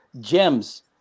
Gems